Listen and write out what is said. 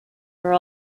are